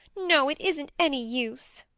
no, it isn't any use.